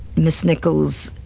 miss nichols,